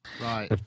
Right